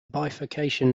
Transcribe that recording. bifurcation